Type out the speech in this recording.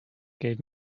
gave